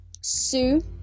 Sue